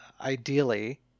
ideally